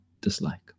dislike